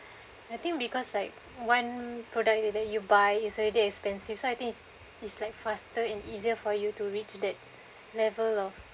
I think because like one product that that you buy is already expensive so I think it's it's like faster and easier for you to reach that level of